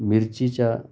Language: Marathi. मिरचीच्या